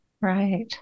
Right